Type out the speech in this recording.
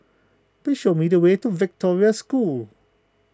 please show me the way to Victoria School